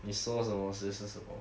你说什么就是什么